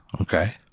Okay